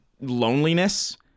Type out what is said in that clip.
loneliness